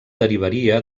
derivaria